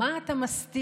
מה אתה מסתיר?